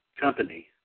company